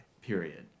period